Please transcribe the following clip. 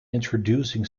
introducing